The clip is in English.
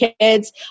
kids